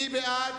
מי בעד?